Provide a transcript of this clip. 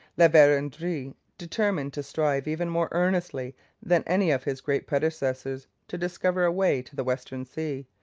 la verendrye determined to strive even more earnestly than any of his great predecessors to discover a way to the western sea,